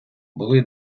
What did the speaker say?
були